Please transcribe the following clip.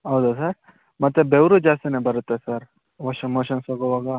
ಹೌದಾ ಸರ್ ಮತ್ತು ಬೆವರೂ ಜಾಸ್ತಿಯೇ ಬರುತ್ತೆ ಸರ್ ಮೋಶನ್ಸ್ ಹೋಗುವಾಗ